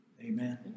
Amen